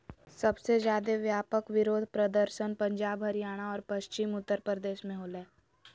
सबसे ज्यादे व्यापक विरोध प्रदर्शन पंजाब, हरियाणा और पश्चिमी उत्तर प्रदेश में होलय